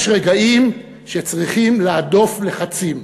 יש רגעים שצריכים להדוף לחצים.